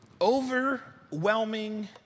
overwhelming